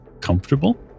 comfortable